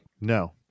no